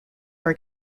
are